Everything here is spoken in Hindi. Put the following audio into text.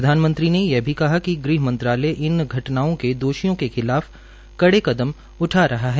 प्रधानमंत्री ने यह भी कहा कि गृह मंत्रालय इन घटनाओं के दोषियों के खिलाफ कड़े कदम उठा रहा है